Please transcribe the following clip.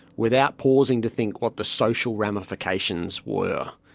without pausing to think what the social ramifications were.